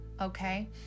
okay